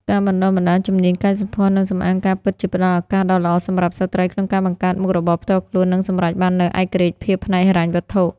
ការបណ្ដុះបណ្ដាលជំនាញកែសម្ផស្ស និងសម្អាងការពិតជាផ្តល់ឱកាសដ៏ល្អសម្រាប់ស្ត្រីក្នុងការបង្កើតមុខរបរផ្ទាល់ខ្លួន និងសម្រេចបាននូវឯករាជ្យភាពផ្នែកហិរញ្ញវត្ថុ។